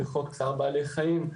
בחוק צער בעלי חיים,